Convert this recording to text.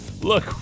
Look